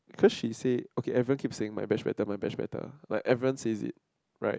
cause she said okay everyone keeps saying my batch better my batch better like everyone say it right